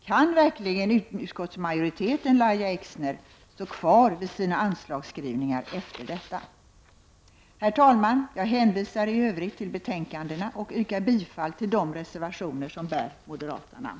Kan verkligen utskottsmajoriteten, Lahja Exner, stå kvar vid sina anslagsskrivningar efter detta? Herr talman! Jag hänvisar i övrigt till betänkandena och yrkar bifall till de reservationer som bär moderata namn.